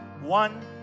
one